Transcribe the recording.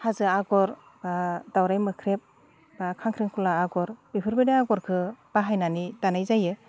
हाजो आगर बा दावराय मोख्रैब बा खांख्रिखला आगर बेफोरबायदि आगरफोरखौ बाहायनानै दानाय जायो